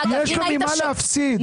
יש לו ממה להפסיד.